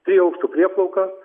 trijų aukštų prieplauka